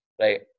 Right